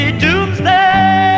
doomsday